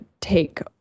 take